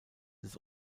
des